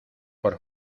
por